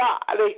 God